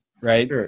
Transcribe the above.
right